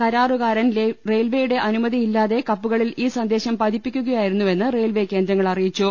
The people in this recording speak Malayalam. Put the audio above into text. കരാറുകാരൻ റെയിൽവെയുടെ അനുമതിയില്ലാതെ കപ്പു കളിൽ ഈ സന്ദേശം പതിപ്പിക്കുകയായിരുന്നുവെന്ന് റെയിൽവെ കേന്ദ്രങ്ങൾ അറിയിച്ചു